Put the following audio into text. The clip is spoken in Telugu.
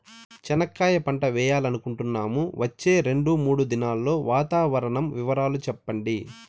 చెనక్కాయ పంట వేయాలనుకుంటున్నాము, వచ్చే రెండు, మూడు దినాల్లో వాతావరణం వివరాలు చెప్పండి?